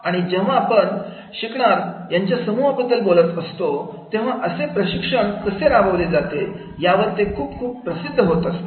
आणि जेव्हा आपण शिकणार यांच्या समुहा बद्दल बोलत असतो तेव्हा असे प्रशिक्षण कसे राबवले जाते यावर ते खुप खुप प्रसिद्ध होत असते